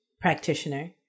practitioner